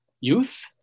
youth